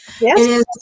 yes